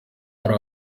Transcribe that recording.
hari